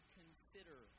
consider